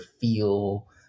feel